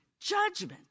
judgment